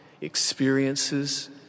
experiences